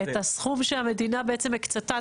את הסכום הזה שהמדינה הקצתה,